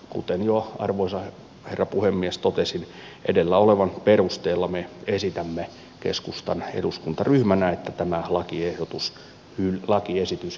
kuten jo arvoisa herra puhemies totesin edellä olevan perusteella me esitämme keskustan eduskuntaryhmänä että tämä lakiesitys hylätään